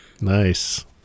Nice